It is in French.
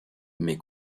mais